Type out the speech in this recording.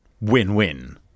Win-win